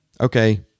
Okay